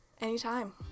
Anytime